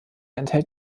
enthält